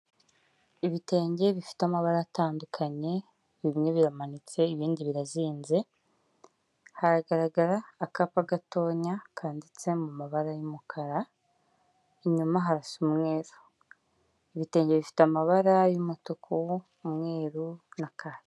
Ibitenge bifite amabara atandukanye, bimwe biramanitse ibindi birazinze, haragaragara akapa gatonya kanditse mu mabara y'umukara, inyuma harasa umweru, ibitenge bifite amabara y'umutuku, umweru na kaki.